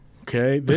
Okay